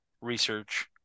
research